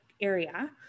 area